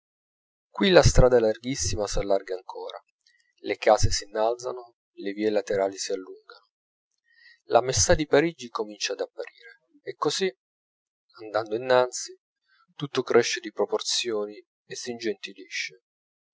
qui la strada larghissima s'allarga ancora le case s'innalzano le vie laterali s'allungano la maestà di parigi comincia ad apparire e così andando innanzi tutto cresce di proporzioni e